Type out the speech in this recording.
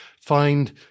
Find